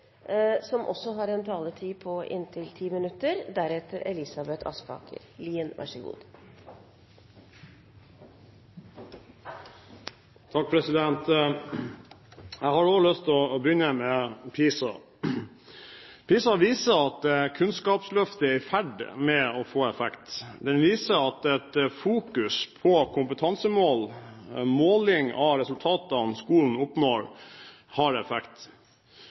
har også lyst til å begynne med PISA. PISA-undersøkelsen viser at Kunnskapsløftet er i ferd med å få effekt. Den viser at fokusering på kompetansemål, måling av resultatene skolene oppnår, har effekt.